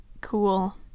cool